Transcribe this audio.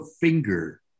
finger